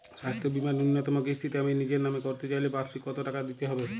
স্বাস্থ্য বীমার ন্যুনতম কিস্তিতে আমি নিজের নামে করতে চাইলে বার্ষিক কত টাকা দিতে হবে?